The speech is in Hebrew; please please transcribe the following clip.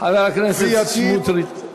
חבר הכנסת סמוטריץ.